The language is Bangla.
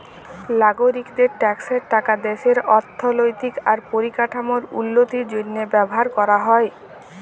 লাগরিকদের ট্যাক্সের টাকা দ্যাশের অথ্থলৈতিক আর পরিকাঠামোর উল্লতির জ্যনহে ব্যাভার ক্যরা হ্যয়